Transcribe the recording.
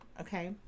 okay